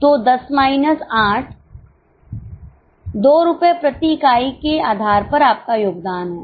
तो 10 माइनस 8 2 रुपये प्रति इकाई के आधार पर आपका योगदान है